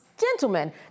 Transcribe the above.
Gentlemen